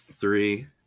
Three